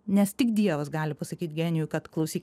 nes tik dievas gali pasakyt genijui kad klausyk